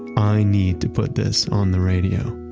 i need to put this on the radio.